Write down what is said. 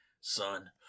son